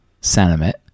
sentiment